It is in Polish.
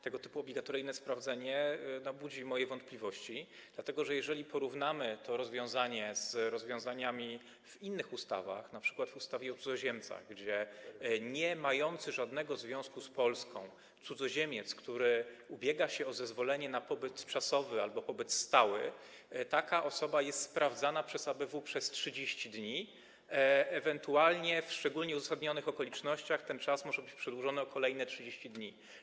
Tego typu obligatoryjne sprawdzenie budzi moje wątpliwości, dlatego że jeżeli porównamy to rozwiązanie z rozwiązaniami w innych ustawach, to zobaczymy, że np. zgodnie z ustawą o cudzoziemcach niemający żadnego związku z Polską cudzoziemiec, który ubiega się o zezwolenie na pobyt czasowy albo pobyt stały, jest sprawdzany przez ABW przez 30 dni, ewentualnie w szczególnie uzasadnionych okolicznościach ten czas może być przedłużony o kolejne 30 dni.